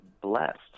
blessed